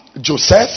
Joseph